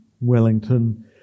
Wellington